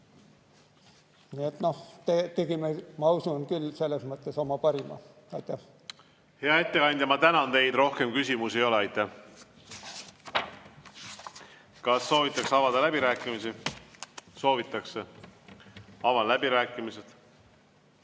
Nii et tegime, ma usun küll, selles mõttes oma parima. Hea ettekandja, ma tänan teid! Rohkem küsimusi ei ole. Kas soovitakse avada läbirääkimisi? Soovitakse. Avan läbirääkimised.